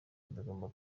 bigomba